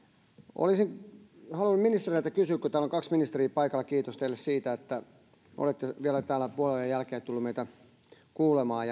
olisin halunnut ministereiltä kysyä kun täällä on kaksi ministeriä paikalla kiitos teille siitä että olette vielä tänne puolenyön jälkeen tulleet meitä kuulemaan